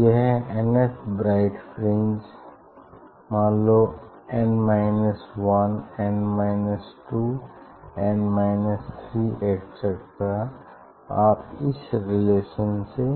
यह n थ bright fringe मान लो n minus 1 n 2 n 3 etcetera आप इस रिलेशन से